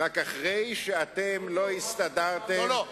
רק אחרי שאתם לא הסתדרתם, לא, לא.